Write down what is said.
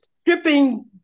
stripping